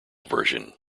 version